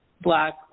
black